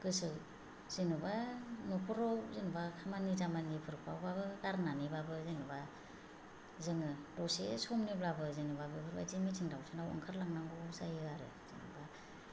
गोसो जेनेबा न'खराव जेनेबा खामानि दामानिफोरखौबाबो गारनानैबाबो जेनेबा जोङो दसे समनिब्लाबो जेनेबा बेफोरबायदि मिटिं दावथिङाव ओंखारलांनांगौ जायो आरो जेनेबा